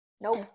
nope